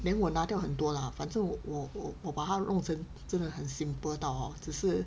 then 我拿掉很多啦反正我我我我把它弄成真的很 simple 到 hor 只是